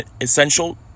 essential